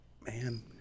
Man